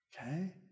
Okay